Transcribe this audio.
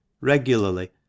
Regularly